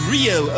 Rio